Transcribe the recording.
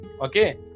okay